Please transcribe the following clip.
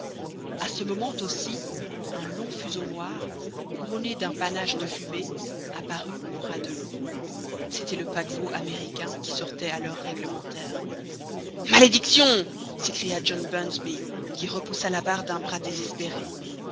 a ce moment aussi un long fuseau noir couronné d'un panache de fumée apparut au ras de l'eau c'était le paquebot américain qui sortait à l'heure réglementaire malédiction s'écria john bunsby qui repoussa la barre d'un bras désespéré